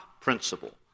principle